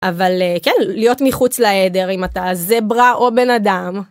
אבל כן, להיות מחוץ לעדר אם אתה זברה או בן אדם.